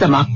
समाप्त